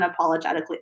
unapologetically